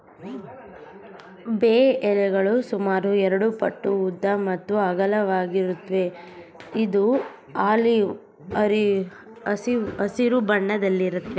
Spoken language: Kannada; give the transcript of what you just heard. ಬೇ ಎಲೆಗಳು ಸುಮಾರು ಎರಡುಪಟ್ಟು ಉದ್ದ ಮತ್ತು ಅಗಲವಾಗಿರುತ್ವೆ ಇದು ಆಲಿವ್ ಹಸಿರು ಬಣ್ಣದಲ್ಲಿರುತ್ವೆ